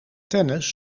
tennis